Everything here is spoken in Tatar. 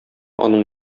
аның